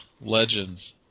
Legends